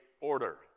order